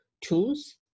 tools